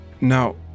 Now